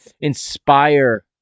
inspire